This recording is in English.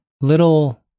little